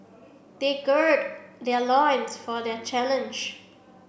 they gird their loins for the challenge